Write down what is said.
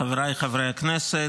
חבריי חברי הכנסת,